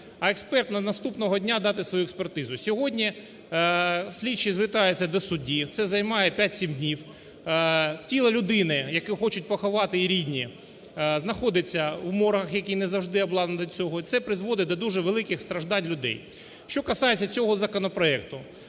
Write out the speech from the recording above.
а експерт наступного дня дати свою експертизу. Сьогодні, слідчий звертається до судді це займає 5-7 днів, тіло людини, яке хочуть поховати рідні знаходиться в моргах, які не завжди обладнані для цього. Це призводить до дуже великих страждань людей. Що касається цього законопроекту,